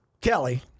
Kelly